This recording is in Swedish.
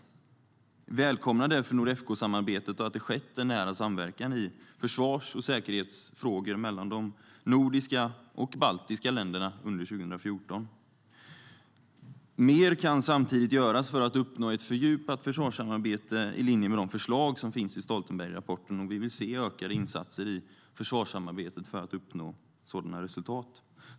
Vi välkomnar därför Nordefcosamarbetet och att det skett en nära samverkan i försvars och säkerhetsfrågor mellan de nordiska och baltiska länderna under 2014. Mer kan samtidigt göras för att uppnå ett fördjupat försvarssamarbete i linje med de förslag som finns i Stoltenbergrapporten, och vi vill se ökade insatser i försvarssamarbetet för att uppnå sådana resultat.